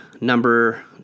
number